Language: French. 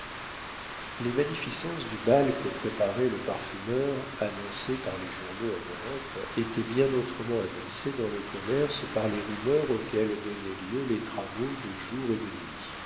les magnificences du bal que préparait le parfumeur annoncées par les journaux à l'europe étaient bien autrement annoncées dans le commerce par les rumeurs auxquelles donnaient lieu les travaux de jour et de nuit